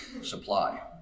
supply